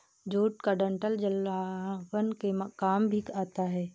jute का डंठल जलावन के काम भी आता है